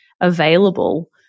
available